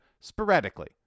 sporadically